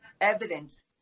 evidence